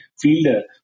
fielder